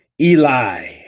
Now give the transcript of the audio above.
Eli